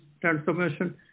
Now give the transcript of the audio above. transformation